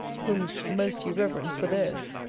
whom most you reverence for theirs.